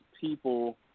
people